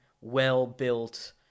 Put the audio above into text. well-built